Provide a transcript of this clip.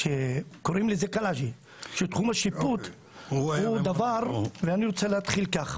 קוראים לזה קלעג'י כי הדבר --- הוא היה --- אני רוצה להתחיל כך,